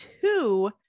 two